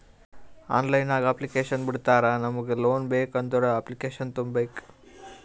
online ನಾಗ್ application ಬಿಡ್ತಾರಾ ನಮುಗ್ ಲೋನ್ ಬೇಕ್ ಅಂದುರ್ ಅಪ್ಲಿಕೇಶನ್ ತುಂಬೇಕ್